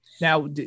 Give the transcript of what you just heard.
now